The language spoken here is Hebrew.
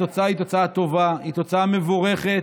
התוצאה היא תוצאה טובה, תוצאה מבורכת,